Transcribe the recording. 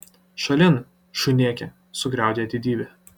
šalin šunėke sugriaudėjo didybė